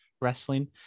wrestling